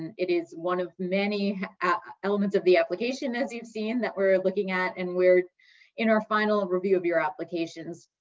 and it is one of many elements of the application as you've seen that we're looking at, and we're in our final review of your applications,